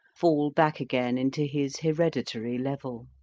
fall back again into his hereditary level.